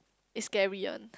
it's scary one